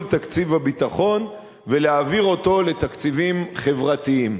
תקציב הביטחון ולהעביר אותו לתקציבים חברתיים.